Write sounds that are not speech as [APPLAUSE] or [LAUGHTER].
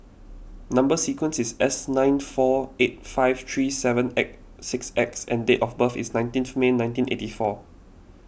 Number Sequence is S nine four eight five three seven [UNINTELLIGIBLE] six X and date of birth is nineteenth May nineteen eighty four